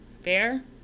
Fair